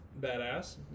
badass